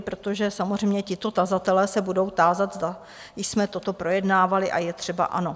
Protože samozřejmě tito tazatelé se budou tázat, zda jsme toto projednávali, a je třeba ano.